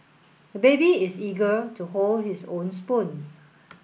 the baby is eager to hold his own spoon